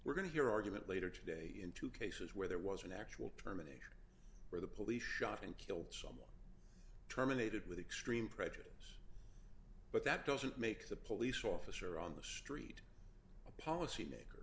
we're going to hear argument later today in two cases where there was an actual terminator where the police shot and killed someone terminated with extreme prejudice but that doesn't make the police officer on the street a policy